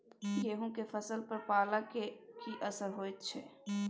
गेहूं के फसल पर पाला के की असर होयत छै?